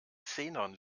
xenon